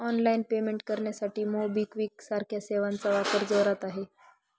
online payment करण्यासाठी मोबिक्विक सारख्या सेवांचा वापर जोरात आहे